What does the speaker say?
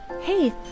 Hey